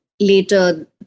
later